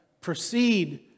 proceed